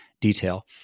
detail